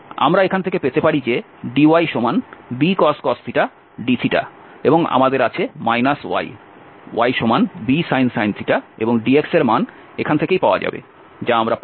আমরা এখান থেকে পেতে পারি যে dybcos θ dθ তারপর আমাদের আছে y ybsin এবং dx এর মান এখান থেকেই পাওয়া যাবে আমরা পাব